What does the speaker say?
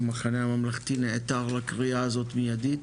המחנה הממלכתי נעתר לקריאה הזו מידית,